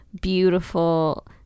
beautiful